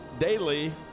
daily